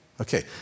Okay